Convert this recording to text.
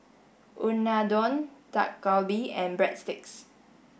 Unadon Dak Galbi and Breadsticks